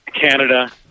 Canada